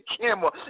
camera